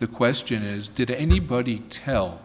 the question is did anybody tell